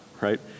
right